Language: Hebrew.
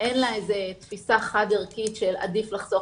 אין לה איזו תפיסה חד ערכית שעדיף לחסוך